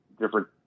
different